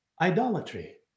idolatry